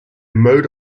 mode